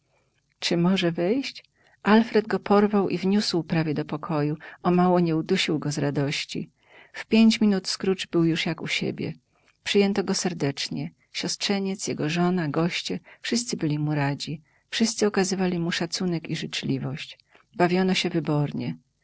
czy może wejść alfred go porwał i wniósł prawie do pokoju o mało nie udusił go z radości w pięć minut scrooge był już jak u siebie przyjęto go serdecznie siostrzeniec jego żona goście wszyscy byli mu radzi wszyscy okazywali mu szacunek i życzliwość bawiono się wybornie